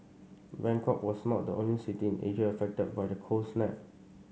Bangkok was not the only city in Asia affected by the cold snap